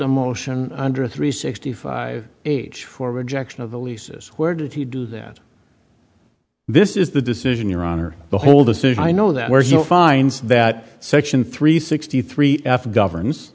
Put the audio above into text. demotion under three sixty five age for rejection of the leases where did he do that this is the decision your honor the whole decision i know that we're going to find that section three sixty three f governs